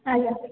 ଆଜ୍ଞା